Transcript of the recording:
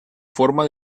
forma